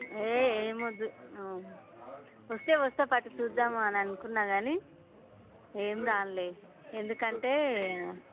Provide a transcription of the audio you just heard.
ఏ ఏమి వద్దు వస్తే వస్తా పట్టు చూద్దాము అని అనుకున్న కానీ ఏమి రాను ఎందుకంటే